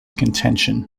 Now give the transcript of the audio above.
contention